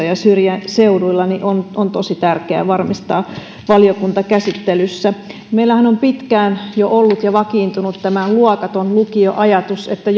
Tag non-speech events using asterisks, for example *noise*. *unintelligible* ja syrjäseuduilla on on tosi tärkeää varmistaa valiokuntakäsittelyssä meillähän on jo pitkään ollut ja vakiintunut tämä luokaton lukio ajatus että *unintelligible*